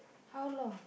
how long